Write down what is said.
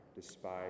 despise